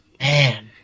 man